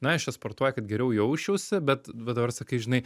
na aš čia sportuoju kad geriau jausčiausi bet va dabar sakai žinai